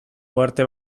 uharte